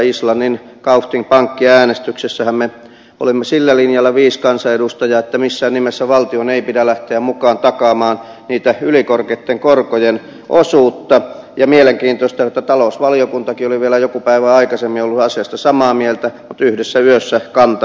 islannin kaupthing pankkiäänestyksessähän me viisi kansanedustajaa olimme sillä linjalla että missään nimessä valtion ei pidä lähteä mukaan takaamaan sitä ylikorkeitten korkojen osuutta ja on mielenkiintoista että talousvaliokuntakin oli vielä joku päivä aikaisemmin ollut asiasta samaa mieltä mutta yhdessä yössä kanta muuttui